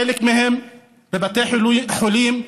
חלק מהן בבתי חולים,